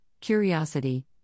curiosity